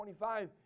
25